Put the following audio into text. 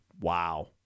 Wow